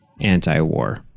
anti-war